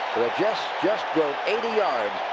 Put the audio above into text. just just drove eighty yards,